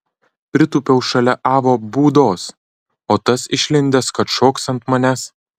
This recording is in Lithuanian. pritūpiau šalia avo būdos o tas išlindęs kad šoks ant manęs